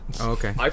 Okay